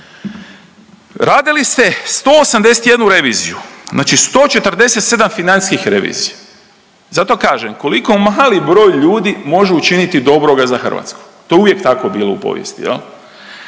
Radili ste 181 reviziju, znači 147 financijskih revizija. Zato kažem koliko mali broj ljudi može učiniti dobroga za Hrvatsku. To je uvijek tako bilo u povijesti jel